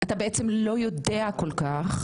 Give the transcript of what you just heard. אתה בעצם לא יודע כל כך,